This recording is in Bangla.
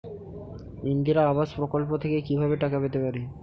ইন্দিরা আবাস প্রকল্প থেকে কি ভাবে টাকা পেতে পারি?